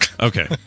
okay